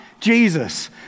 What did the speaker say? Jesus